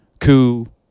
coo